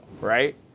right